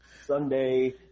Sunday